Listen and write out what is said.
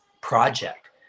project